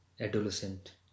adolescent